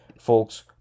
folks